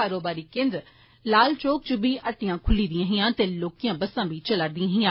कारोबारी केंद्र लाल चौक इच बी हट्टियां खुल्ली दियां हियां ते लौह्कियां बस्सां बी चला'रदियां हियां